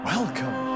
Welcome